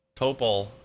Topol